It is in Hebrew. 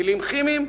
טילים כימיים,